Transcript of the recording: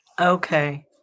Okay